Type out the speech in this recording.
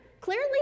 Clearly